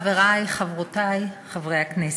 חברי וחברותי חברי הכנסת,